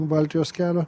baltijos kelio